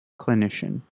clinician